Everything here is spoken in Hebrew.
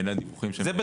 אלה הדיווחים שאני --- זה,